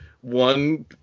one